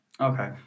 Okay